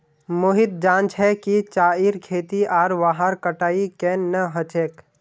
मोहित जान छ कि चाईर खेती आर वहार कटाई केन न ह छेक